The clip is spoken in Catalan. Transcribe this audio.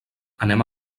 anem